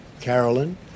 Carolyn